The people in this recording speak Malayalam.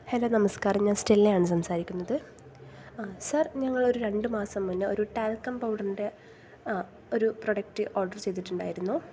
ഹലോ നമസ്ക്കാരം ഞാൻ സ്റ്റെല്ലയാണ് സംസാരിക്കുന്നത് സാർ ഞങ്ങളൊരു രണ്ട് മാസം മുൻപേ ഒരു ടാൽക്കം പൗഡറിൻ്റെ ഒരു പ്രോഡക്റ്റ് ഓർഡർ ചെയ്തിട്ടുണ്ടായിരുന്നു